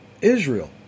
Israel